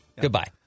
Goodbye